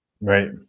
right